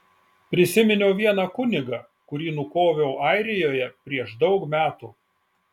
prisiminiau vieną kunigą kurį nukoviau airijoje prieš daug metų